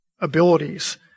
abilities